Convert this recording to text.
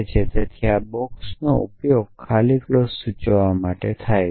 અને તેથી આ બોક્સનો ઉપયોગ ખાલી ક્લોઝ સૂચવવા માટે પણ થાય છે